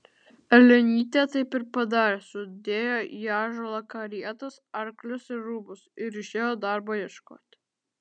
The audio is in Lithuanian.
elenytė taip ir padarė sudėjo į ąžuolą karietas arklius ir rūbus ir išėjo darbo ieškoti